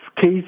case